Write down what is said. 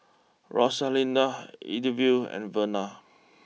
Rosalinda Eithel and Verna